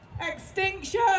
Extinction